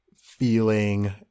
feeling